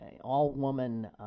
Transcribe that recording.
all-woman